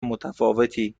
متفاوتی